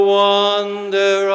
wonder